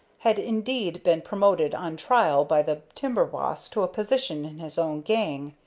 had indeed been promoted on trial by the timber boss to a position in his own gang.